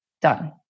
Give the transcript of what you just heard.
done